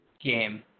game